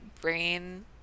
brain